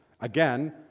again